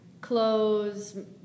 clothes